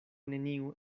neniu